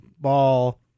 ball